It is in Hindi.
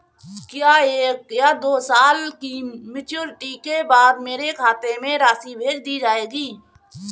क्या एक या दो साल की मैच्योरिटी के बाद मेरे खाते में राशि भेज दी जाएगी?